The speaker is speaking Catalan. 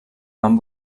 van